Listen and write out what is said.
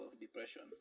depression